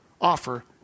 offer